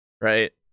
right